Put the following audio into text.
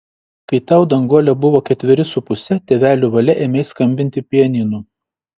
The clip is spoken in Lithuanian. kai tau danguole buvo ketveri su puse tėvelių valia ėmei skambinti pianinu